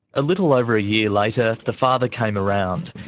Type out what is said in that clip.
a little over a year later, the father came around.